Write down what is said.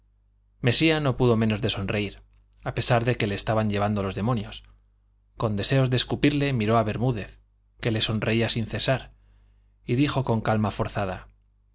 mesía no pudo menos de sonreír a pesar de que le estaban llevando los demonios con deseos de escupirle miró a bermúdez que le sonreía sin cesar y dijo con calma forzada